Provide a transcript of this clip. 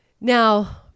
Now